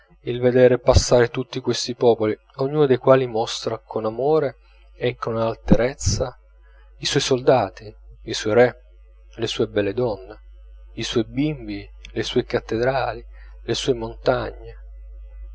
il veder passare tutti questi popoli ognuno dei quali mostra con amore e con alterezza i suoi soldati i suoi re le suo belle donne i suoi bimbi le sue cattedrali le sue montagne